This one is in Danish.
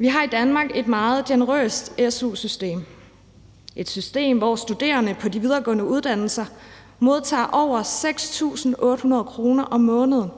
Vi har i Danmark et meget generøst su-system – et system, hvor studerende på de videregående uddannelser modtager over 6.800 kr. om måneden